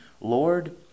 Lord